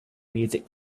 music